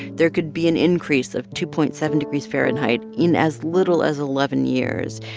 there could be an increase of two point seven degrees fahrenheit in as little as eleven years.